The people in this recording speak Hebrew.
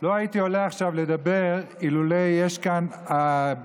לא הייתי עולה עכשיו לדבר אילולא יש כאן בשדה